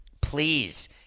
please